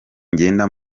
ngenda